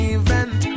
event